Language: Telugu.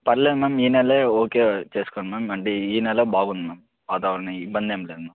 పర్లేదు మ్యామ్ ఈ నెలే ఓకే చేసుకోండి మ్యామ్ అంటే ఈ నెల బాగుంది మ్యామ్ వాతావరణం ఇబ్బందేం లేదు మ్యామ్